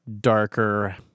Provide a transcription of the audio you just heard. darker